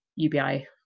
UBI